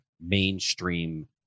mainstream